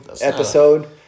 episode